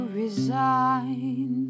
resign